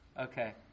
Okay